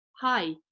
Hi